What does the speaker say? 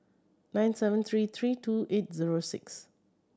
nine seven three three two eight zero six